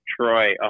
Troy